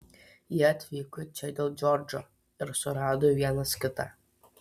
jie atvyko čia dėl džordžo ir surado vienas kitą